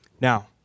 Now